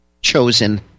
chosen